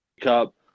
cup